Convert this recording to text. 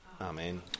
Amen